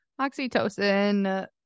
oxytocin